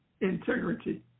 integrity